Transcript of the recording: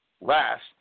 last